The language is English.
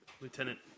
lieutenant